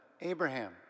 Abraham